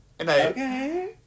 Okay